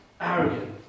arrogant